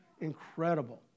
incredible